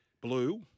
Blue